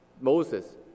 Moses